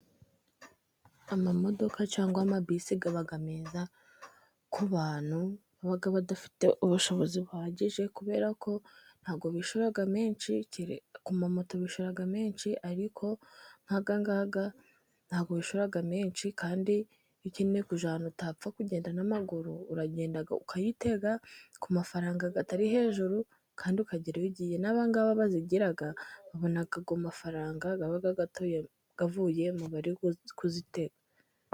Amamodoka cyangwa amabisi aba meza kubantu baba badafite ubushobozi buhagije. Kubera ko ntabwo bishyura menshi. Ku mamoto bishyura menshi, ariko nkayangaya ntabwo bishyura menshi. Kandi ukeneye kujya ahantu utapfa kugenda n'amaguru, uragenda ukayitega ku mafaranga atari hejuru, kandi ukagera iyo ugiye. N'abangaba bazigira babona amafaranga avuye mu bari kuzitega